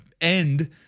end